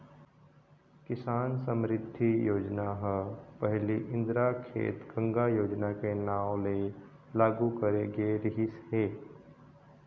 किसान समरिद्धि योजना ह पहिली इंदिरा खेत गंगा योजना के नांव ले लागू करे गे रिहिस हे